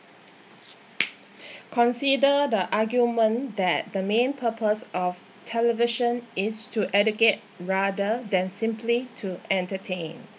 consider the argument that the main purpose of television is to educate rather than simply to entertain